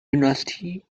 dynastie